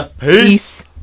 Peace